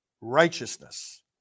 righteousness